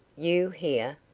you here!